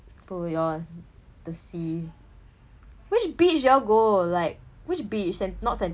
pull y'all the sea which beach you all go like which beach and not